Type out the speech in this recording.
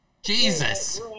Jesus